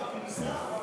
פקק בכניסה?